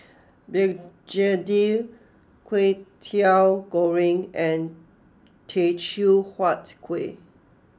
Begedil Kwetiau Goreng and Teochew Huat Kuih